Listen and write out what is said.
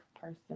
person